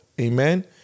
Amen